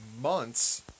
months